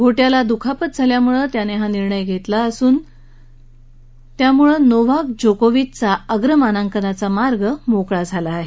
घोटयाला दुखापत झाल्यामुळे त्याने हा निर्णय घेतला असून यामुळे नोव्हाक जोकीव्हिचचा अग्रमानांकनाचा मार्ग मोकळा झाला आहे